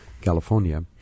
California